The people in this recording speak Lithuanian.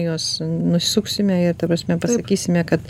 jos nusisuksime ir ta prasme pasakysime kad